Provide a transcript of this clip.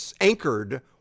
anchored